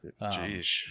Jeez